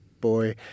boy